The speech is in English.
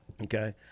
Okay